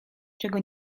czego